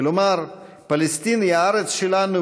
כלומר: פלסטין היא הארץ שלנו,